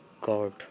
God